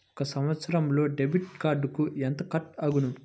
ఒక సంవత్సరంలో డెబిట్ కార్డుకు ఎంత కట్ అగును?